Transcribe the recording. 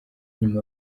nyuma